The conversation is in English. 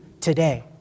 today